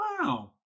wow